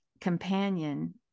companion